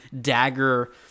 dagger